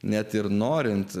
net ir norint